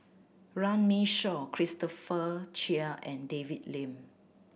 Runme Shaw Christopher Chia and David Lim